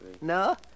No